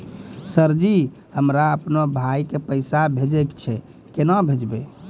Sir ji हमरा अपनो भाई के पैसा भेजबे के छै, केना भेजबे?